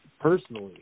personally